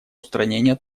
устранения